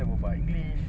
Yole